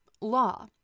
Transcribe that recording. Law